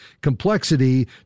complexity